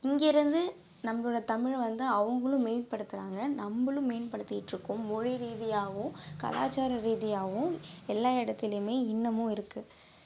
இங்கே இருந்து நம்பளோடய தமிழை வந்து அவங்களும் மேம்படுத்துகிறாங்க நம்பளும் மேம்படுத்திக்கிட்டு இருக்கோம் மொழி ரீதியாகவும் கலாச்சார ரீதியாகவும் எல்லா இடத்துலையுமே இன்னமும் இருக்குது